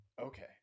Okay